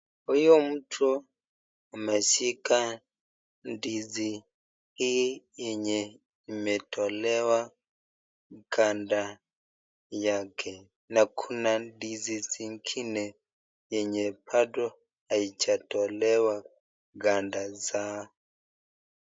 Huyu mtu ameshika ndizi hii yenye imetolewa ganda yake na kuna ndizi zingine yenye bado haijatolewa ganda zake.